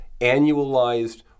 annualized